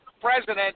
president